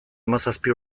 hamazazpi